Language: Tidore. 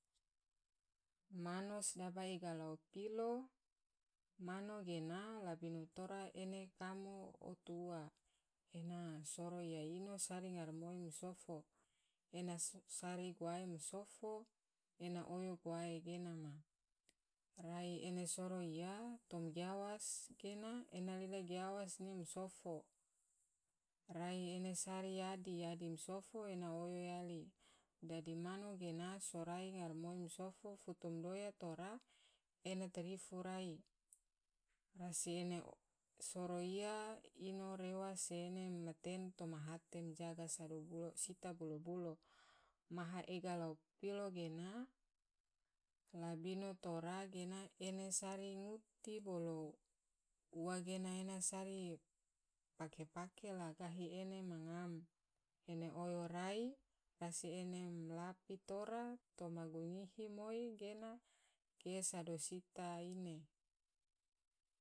Mano sedaba ega lao pilo, mano gena labino tora ene kama otu ua, ena soro iya soro ino sari ngaramoi ma sofo ena sari guwae ma sofo, ena oyo guwae gena ma rai ene soro iya toma giawas ge ena lila giawas ge ma sofo, rai ene sari yadi yadi ma sofo ena oyo yali dadi mano gena, dadi mano gena surai ma ngaramoi se ma sofo futu madoya tora ena tarifu rasi ena soro iya soro ino rewa se ene ma ten toma hate majaga sodo sita bulo-bulo, maha ega lao pilo gena, labino tora gena ene sari nguti bolo ua gena ena sari pake-pake la gahi ena ma ngam, ena oyo rasi ene ma lape tora toma gunyihi moi gena ge sado sita ine.